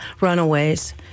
runaways